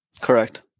Correct